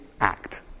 act